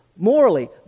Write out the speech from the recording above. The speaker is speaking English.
Morally